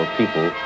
people